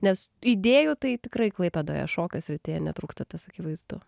nes idėjų tai tikrai klaipėdoje šokio srityje netrūksta tas akivaizdu